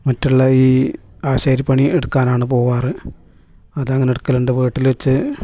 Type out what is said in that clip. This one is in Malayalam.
മറ്റുള്ള ഈ ആശാരിപ്പണി എടുക്കാറാണ് പോവാറ് അതങ്ങനെ എടുക്കലുണ്ട് വീട്ടില് വെച്ച്